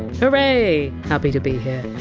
hurray, happy to be here.